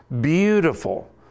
beautiful